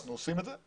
אנחנו עושים את זה.